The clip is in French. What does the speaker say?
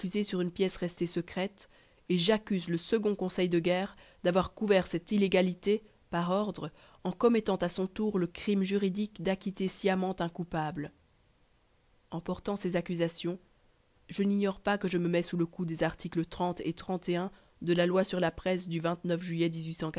sur une pièce restée secrète et j'accuse le second conseil de guerre d'avoir couvert cette illégalité par ordre en commettant à son tour le crime juridique d'acquitter sciemment un coupable en portant ces accusations je n'ignore pas que je me mets sous le coup des articles o et de la loi sur la presse du juillet